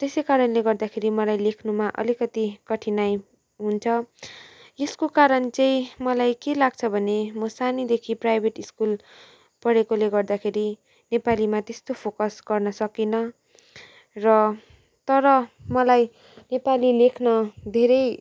त्यसै कारणले गर्दाखेरि मलाई लेख्नमा अलिकती कठिनाइ हुन्छ यस्को कारण चाहिँ मलाई के लाग्छ भने म सानैदेखि प्राइभेट स्कुल पढेकोले गर्दाखेरि नेपालीमा त्यस्तो फोकस गर्न सकिनँ र तर मलाई नेपाली लेख्न धेरै